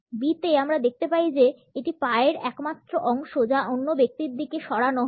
B তে আমরা দেখতে পাই যে এটি পায়ের একমাত্র অংশ যা অন্য ব্যক্তির দিকে সরানো হয়